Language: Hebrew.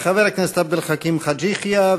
חבר הכנסת עבד אל חכים חאג' יחיא,